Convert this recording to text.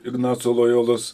ignaco lojolos